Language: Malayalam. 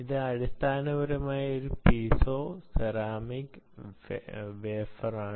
ഇത് അടിസ്ഥാനപരമായി ഒരു പീസോസെറാമിക് വേഫറാണ്